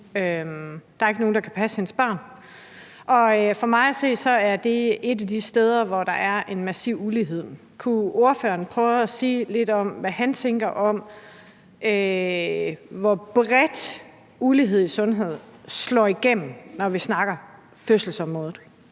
der er ikke nogen, der kan passe hendes børn. For mig at se er det et af de steder, hvor der er en massiv ulighed. Kunne ordføreren prøve at sige lidt om, hvad han tænker om, hvor bredt ulighed i sundhed slår igennem, når vi snakker fødselsområdet?